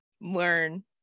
learn